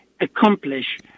accomplish